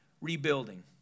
rebuilding